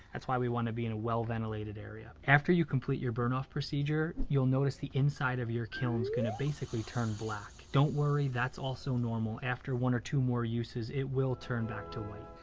that's why we want to be in a well ventilated area. after you complete your burn off procedure you'll notice the inside of your kiln is gonna basically turn black. don't worry, that's also normal. after one or two more uses, it will turn back to white.